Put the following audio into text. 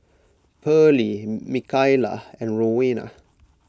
Pearly Mikaila and Rowena